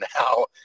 now